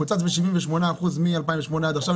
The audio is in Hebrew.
קוצץ ב-78% מ-2008 עד עכשיו,